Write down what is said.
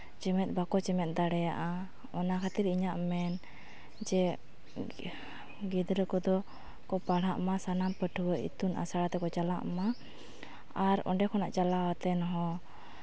ᱪᱮᱢᱮᱫ ᱵᱟᱠᱚ ᱪᱮᱢᱮᱫ ᱫᱟᱲᱮᱭᱟᱜᱼᱟ ᱚᱱᱟ ᱠᱷᱟᱹᱛᱤᱨ ᱤᱧᱟᱹᱜ ᱢᱮᱱ ᱡᱮ ᱜᱤᱫᱽᱨᱟᱹ ᱠᱚᱫᱚ ᱠᱚ ᱯᱟᱲᱦᱟᱜ ᱢᱟ ᱥᱟᱱᱟᱢ ᱯᱟᱹᱴᱷᱩᱣᱟᱹ ᱤᱛᱩᱱ ᱟᱥᱲᱟ ᱛᱮᱠᱚ ᱪᱟᱞᱟᱜ ᱢᱟ ᱟᱨ ᱚᱸᱰᱮ ᱠᱷᱚᱱᱟᱜ ᱪᱟᱞᱟᱣ ᱠᱟᱛᱮᱫ ᱦᱚᱸ